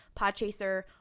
Podchaser